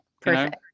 perfect